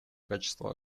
качества